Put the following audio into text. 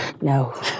No